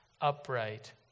upright